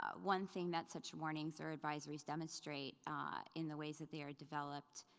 ah one thing that such warnings or advisories demonstrate in the ways that they are developed,